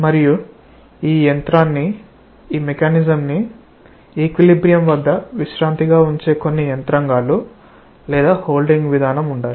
మరియు ఈ యంత్రాన్ని ఈక్విలిబ్రియమ్ వద్ద విశ్రాంతిగా ఉంచే కొన్ని యంత్రాంగాలు లేదా హోల్డింగ్ విధానం ఉండాలి